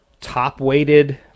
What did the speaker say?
top-weighted